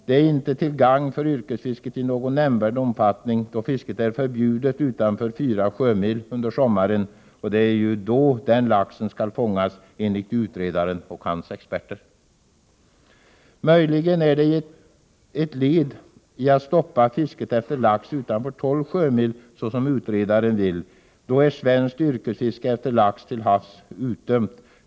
Det är inte till någon nämnvärd gagn för yrkesfisket, då fisket under sommaren är förbjudet utanför 4 sjömil från kusten. Och det är ju då denna lax skall fångas, enligt utredaren och hans experter. Möjligen sammanhänger detta med planerna på att stoppa fisket efter lax utanför 12 sjömil från kusten, såsom utredaren vill. I så fall är svenskt yrkesfiske efter lax till havs utdömt.